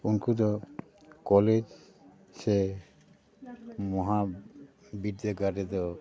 ᱩᱱᱠᱩ ᱫᱚ ᱠᱚᱞᱮᱡᱽ ᱥᱮ ᱢᱚᱦᱟ ᱵᱤᱫᱽᱫᱟᱜᱟᱲ ᱨᱮᱫᱚ